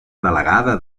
delegada